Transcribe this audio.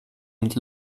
and